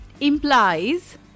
implies